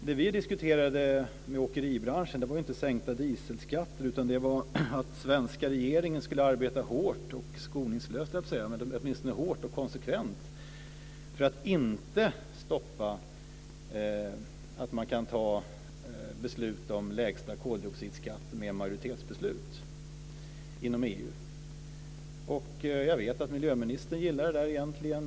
Det vi diskuterade med åkeribranschen var inte sänkta dieselskatter, utan det var att den svenska regeringen skulle arbeta hårt och skoningslöst, höll jag på att säga, åtminstone hårt och konsekvent, för att inte stoppa möjligheten att ta beslut om lägsta koldioxidskatt med majoritetsbeslut inom EU. Jag vet att miljöministern egentligen gillar detta.